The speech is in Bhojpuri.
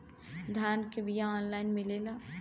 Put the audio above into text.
धान के बिया ऑनलाइन मिलेला?